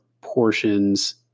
portions